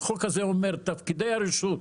החוק הזה אומר: תפקידי הרשות: